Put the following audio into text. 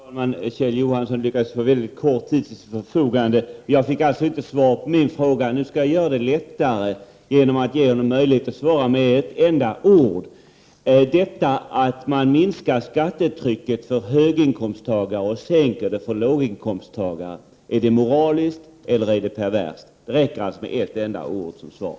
Fru talman! Kjell Johansson har lyckats få väldigt kort tid till sitt förfogande. Jag fick således inget svar på min fråga. Nu skall jag göra det ännu lättare genom att ge honom möjlighet att svara med ett enda ord. Att minska skattetrycket för höginkomsttagare och öka det för låginkomsttagare, är det moraliskt eller är det perverst? Det räcker således med ett enda ord som svar.